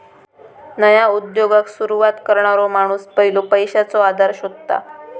नया उद्योगाक सुरवात करणारो माणूस पयलो पैशाचो आधार शोधता